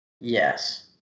Yes